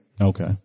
Okay